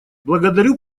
благодарю